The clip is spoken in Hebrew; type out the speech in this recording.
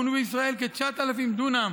פונו בישראל כ-9,000 דונם